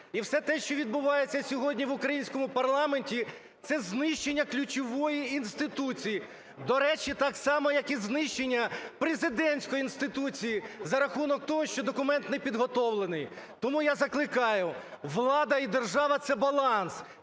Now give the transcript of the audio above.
і все те, що відбувається сьогодні в українському парламенті – це знищення ключової інституції. До речі, так само як і знищення президентської інституції за рахунок того, що документ не підготовлений. Тому я закликаю, влада і держава – це баланс,